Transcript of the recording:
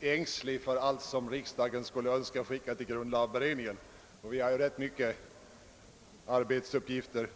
ängslig för allt det som riksdagen önskar skicka till beredningen; vi har ju, allt sådant förutan, rätt omfattande arbetsuppgifter.